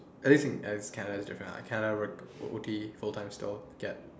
at least Kenneth is different ah Kenneth work O_T full time still get